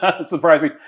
Surprising